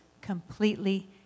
completely